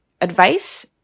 advice